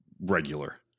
regular